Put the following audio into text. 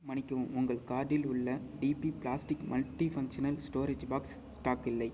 மன்னிக்கவும் உங்கள் கார்ட்டில் உள்ள டிபி plastic multifunctional storage box stock இல்லை